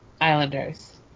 Islanders